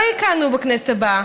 לא יכהנו בכנסת הבאה,